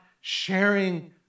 sharing